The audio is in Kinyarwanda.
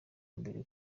mbere